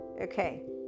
okay